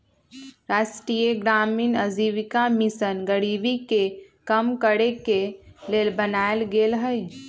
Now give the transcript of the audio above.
राष्ट्रीय ग्रामीण आजीविका मिशन गरीबी के कम करेके के लेल बनाएल गेल हइ